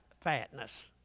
fatness